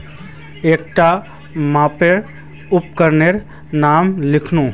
एकटा मापन उपकरनेर नाम लिख?